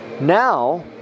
Now